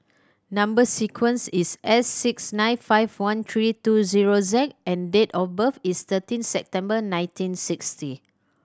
number sequence is S six nine five one three two zero Z and date of birth is thirteen September nineteen sixty